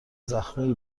زخمتی